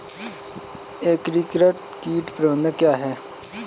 एकीकृत कीट प्रबंधन क्या है?